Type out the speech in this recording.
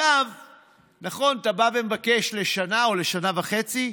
נכון, אתה בא ומבקש לשנה, או לשנה וחצי?